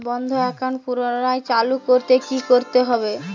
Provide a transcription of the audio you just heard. বন্ধ একাউন্ট পুনরায় চালু করতে কি করতে হবে?